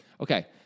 Okay